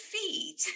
feet